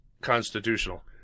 constitutional